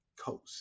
Coast